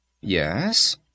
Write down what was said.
Yes